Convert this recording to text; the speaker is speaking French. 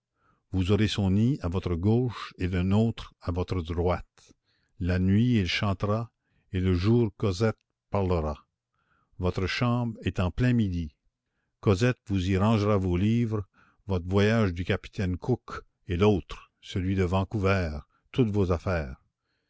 vous aurez son nid à votre gauche et le nôtre à votre droite la nuit il chantera et le jour cosette parlera votre chambre est en plein midi cosette vous y rangera vos livres votre voyage du capitaine cook et l'autre celui de vancouver toutes vos affaires